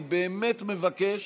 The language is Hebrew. אני באמת מבקש